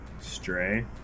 stray